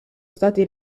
stati